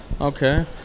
Okay